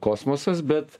kosmosas bet